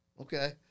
Okay